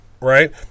right